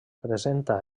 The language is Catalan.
presenta